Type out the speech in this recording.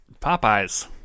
Popeyes